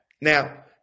now